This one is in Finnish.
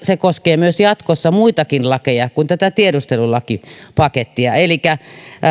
se koskee jatkossa myös muita lakeja kuin tätä tiedustelulakipakettia elikkä